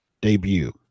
debut